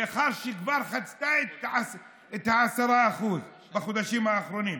לאחר שכבר חצתה את ה-10% בחודשים האחרונים,